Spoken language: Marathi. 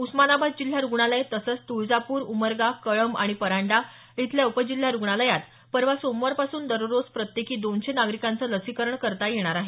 उस्मानाबाद जिल्हा रुग्णालय तसंच तुळजापूर उमरगा कळंब आणि परांडा इथल्या उपजिल्हा रुग्णालयात परवा सोमवारपासून दररोज प्रत्येकी दोनशे नागरिकांच लसीकरण करता येणार आहे